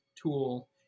tool